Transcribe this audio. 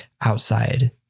outside